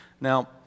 Now